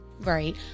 Right